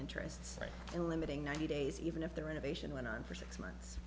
interests in limiting ninety days even if the renovation went on for six months